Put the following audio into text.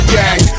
gang